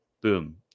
boom